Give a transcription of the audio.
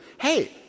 Hey